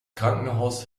krankenhaus